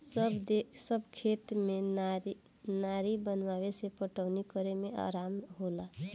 सब खेत में नारी बनावे से पटवनी करे में आराम होला